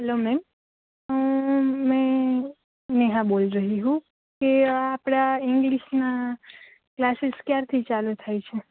hello ma'am હું મે નેહા બોલ રહી હું કે આ આપણા ઈંગ્લીશના ક્લાસીસ ક્યારથી ચાલુ થાય છે